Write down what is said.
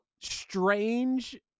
strange